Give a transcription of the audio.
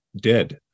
dead